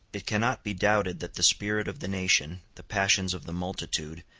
it cannot be doubted that the spirit of the nation, the passions of the multitude,